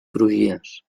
crugies